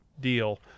deal